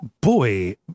Boy